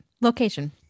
Location